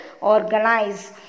organize